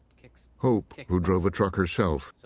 hope, who drove a truck herself,